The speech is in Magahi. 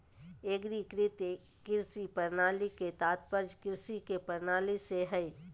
एग्रीकृत कृषि प्रणाली के तात्पर्य कृषि के प्रणाली से हइ